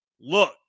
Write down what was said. Look